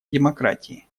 демократии